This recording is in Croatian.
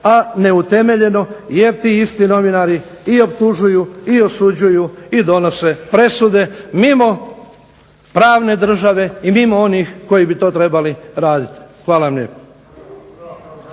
a neutemeljeno jer ti isti novinari i optužuju i osuđuju i donose presude mimo pravne države i mimo onih koji bi to trebali raditi. Hvala vam